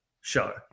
show